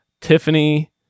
Tiffany